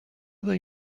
they